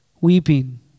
Weeping